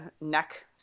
neck